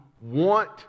want